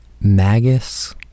Magus